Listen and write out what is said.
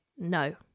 no